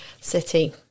City